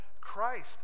Christ